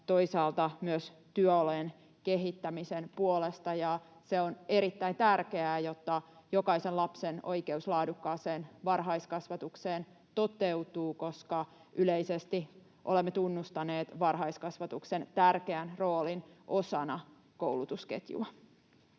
toisaalta myös työolojen kehittämisen puolesta, ja se on erittäin tärkeää, jotta jokaisen lapsen oikeus laadukkaaseen varhaiskasvatukseen toteutuu, koska yleisesti olemme tunnustaneet varhaiskasvatuksen tärkeän roolin osana koulutusketjua.